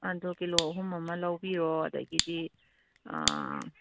ꯑꯗꯨ ꯀꯤꯂꯣ ꯑꯍꯨꯝ ꯑꯃ ꯂꯧꯕꯤꯔꯣ ꯑꯗꯒꯤꯗꯤ